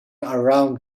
around